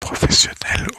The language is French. professionnelle